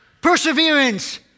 perseverance